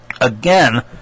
Again